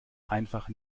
einfach